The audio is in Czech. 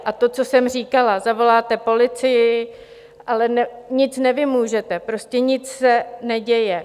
A to, co jsem říkala zavoláte policii, ale nic nevymůžete, prostě nic se neděje.